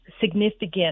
significant